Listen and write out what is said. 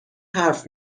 حرف